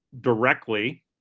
directly